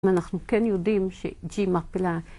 אנחנו כן יודעים שג'י מרפלה...